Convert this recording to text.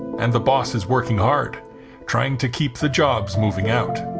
and the boss is working hard trying to keep the jobs moving out.